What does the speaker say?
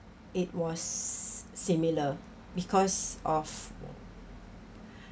it was s~ similar because of